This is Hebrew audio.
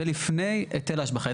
זה לפני היטל ההשבחה.